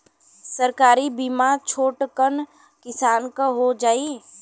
सरकारी बीमा छोटकन किसान क हो जाई?